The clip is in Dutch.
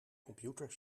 computer